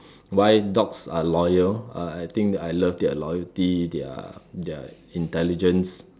why dogs are loyal uh I think I love their loyalty their their intelligence